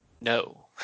no